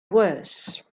worse